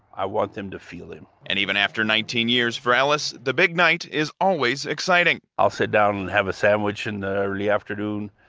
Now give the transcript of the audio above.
i want them to feel it and even after nineteen years, for ellis, the big night is always exciting i'll sit down and have a sandwich in the early afternoon.